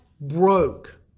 broke